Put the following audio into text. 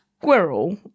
squirrel